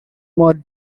more